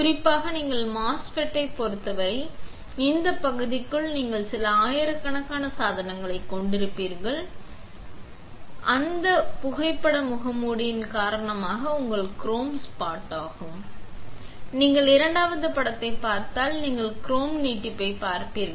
குறிப்பாக நீங்கள் MOSFETs ஐப் பொறுத்தவரை இந்த பகுதிக்குள் நீங்கள் சில ஆயிரக்கணக்கான சாதனங்களைக் கொண்டிருப்பீர்கள் நீங்கள் கொல்லப்படுவீர்கள் நீங்கள் கொல்லப்படுவீர்கள் அந்த புகைப்பட முகமூடியின் காரணமாக உங்கள் குரோம் ஸ்பாட் ஆகும் நீங்கள் இரண்டாவது படத்தை பார்த்தால் நீங்கள் குரோம் நீட்டிப்பைப் பார்ப்பீர்கள்